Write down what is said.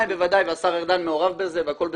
והשר ארדן מעורב בזה והכול בסדר.